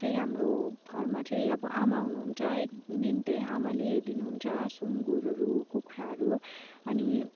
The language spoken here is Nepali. चाहिँ हाम्रो घरमा चाहिँ अब आमा हुनुहुन्छ मेन चाहिँ आमाले हेरिदिनु हुन्छ सुँगुरहरू कुखुराहरू अनि